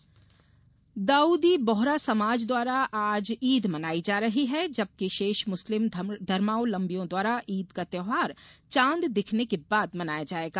बोहरा समाज ईद दाऊदी बोहरा समाज द्वारा आज ईद मनाई जा रही है जबकि शेष मुस्लिम धर्मावलंबियों द्वारा ईद का त्यौहार चॉद दिखने के बाद मनाया जायेगा